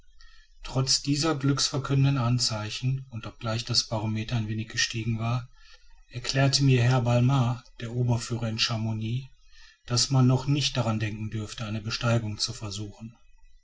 trotz dieser glückverkündenden anzeichen und obgleich das barometer ein wenig gestiegen war erklärte mir herr balmat der oberführer in chamouni daß man noch nicht daran denken dürfe eine besteigung zu versuchen